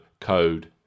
code